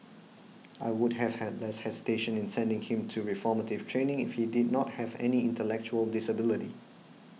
I would have had less hesitation in sending him to reformative training if he did not have any intellectual disability